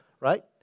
right